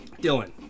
Dylan